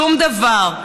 שום דבר.